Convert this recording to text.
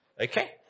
Okay